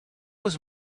was